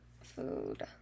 food